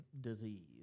disease